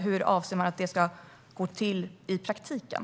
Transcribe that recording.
Hur avser Vänsterpartiet att det ska gå till i praktiken?